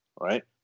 Right